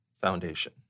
foundation